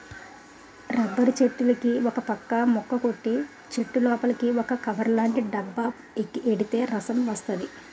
rubber చెట్టులుకి ఒకపక్క ముక్క కొట్టి చెట్టులోపలికి ఒక కవర్లాటి డబ్బా ఎడితే రసం వస్తది